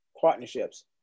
partnerships